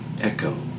echo